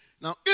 Now